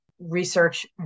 research